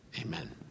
amen